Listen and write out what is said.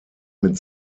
mit